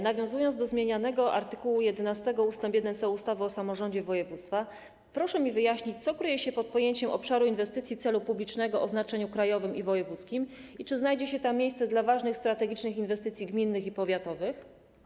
Nawiązując do zmienianego art. 11 ust. 1c ustawy o samorządzie województwa - proszę mi wyjaśnić, co kryje się pod pojęciem obszaru inwestycji celu publicznego o znaczeniu krajowym i wojewódzkim i czy znajdzie się tam miejsce dla ważnych strategicznych inwestycji gminnych i powiatowych.